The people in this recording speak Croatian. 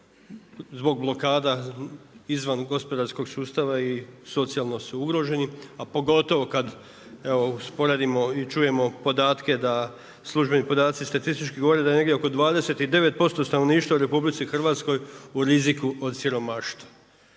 zbog blokada izvan gospodarskog sustava i socijalno su ugroženi, a pogotovo kad, evo usporedimo i čujemo podatke, da službeni podaci i statistički govore da je negdje oko 29% stanovništva u RH u riziku od siromaštva.